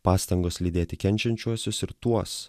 pastangos lydėti kenčiančiuosius ir tuos